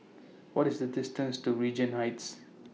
What IS The distance to Regent Heights